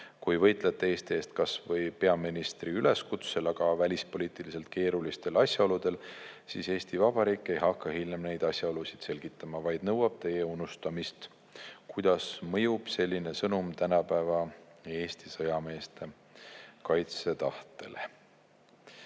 kui võitlete Eesti eest kasvõi peaministri üleskutsel, aga välispoliitiliselt keerulistel asjaoludel, siis Eesti Vabariik ei hakka hiljem neid asjaolusid selgitama, vaid nõuab teie unustamist. Kuidas mõjub selline sõnum tänapäeva Eesti sõjameeste kaitsetahtele?"